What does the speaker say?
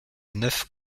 neuf